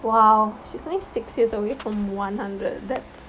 !wow! she's only six years away from one hundred that's